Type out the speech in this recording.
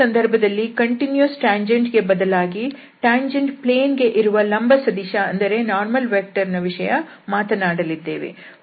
ಈ ಸಂದರ್ಭದಲ್ಲಿ continuous tangent ಗೆ ಬದಲಾಗಿ ಟ್ಯಾಂಜೆಂಟ್ ಪ್ಲೇನ್ ಗೆ ಇರುವ ಲಂಬ ಸದಿಶ ದ ವಿಷಯ ಮಾತನಾಡಲಿದ್ದೇವೆ